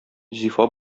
зифа